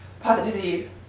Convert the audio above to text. positivity